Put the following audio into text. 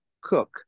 cook